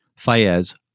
Fayez